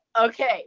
okay